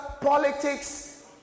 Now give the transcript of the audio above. politics